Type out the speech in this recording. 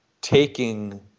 taking